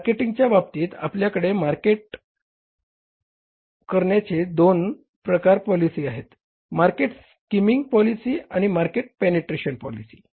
मार्केटिंगच्या बाबतीत आपल्याकडे मार्केटिंग करण्याचे दोन प्रकारच्या पॉलिसी आहेत मार्केट स्किमिंग पॉलिसी आणि मार्केट पेनिट्रेशन पॉलिसी